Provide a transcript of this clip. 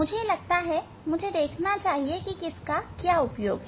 मुझे लगता है मुझे देखना चाहिए कि किसका क्या उपयोग है